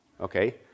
okay